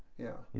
yeah.